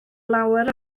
lawer